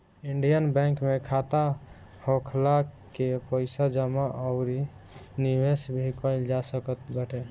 Indian Bank में खाता खोलवा के पईसा जमा अउरी निवेश भी कईल जा सकत बाटे